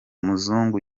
muzungu